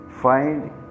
find